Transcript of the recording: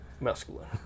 masculine